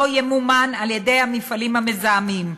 לא ימומן על-ידי המפעלים המזהמים.